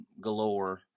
galore